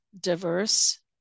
diverse